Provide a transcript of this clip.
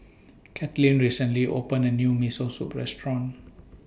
Katlin recently opened A New Miso Soup Restaurant